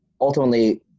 ultimately